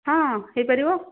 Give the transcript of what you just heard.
ହଁ ହୋଇପାରିବ